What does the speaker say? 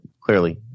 clearly